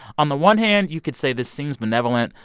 on the one hand, you could say this seems benevolent.